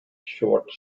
short